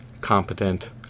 competent